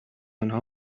آنها